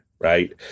Right